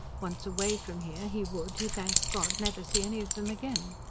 once away from here he would, he thanked god, never see any of them again.